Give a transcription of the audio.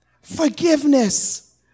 Forgiveness